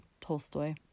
Tolstoy